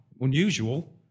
Unusual